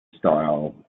style